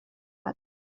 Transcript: bat